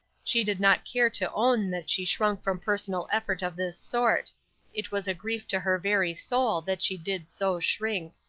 she did not care to own that she shrunk from personal effort of this sort it was a grief to her very soul that she did so shrink.